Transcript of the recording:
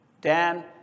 Dan